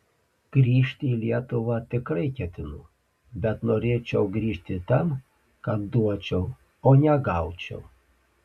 grįžti į lietuvą tikrai ketinu bet norėčiau grįžt tam kad duočiau o ne gaučiau